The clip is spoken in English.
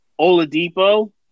Oladipo